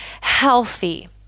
healthy